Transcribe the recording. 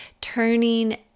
turning